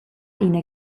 ina